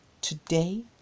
Today